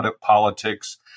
politics